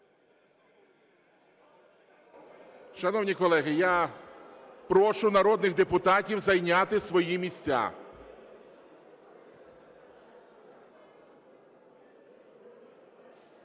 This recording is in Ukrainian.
Шановні колеги, я прошу народних депутатів зайняти свої місця.